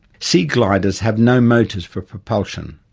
sea gliders have no motors for propulsion,